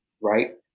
Right